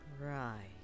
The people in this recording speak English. Right